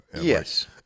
Yes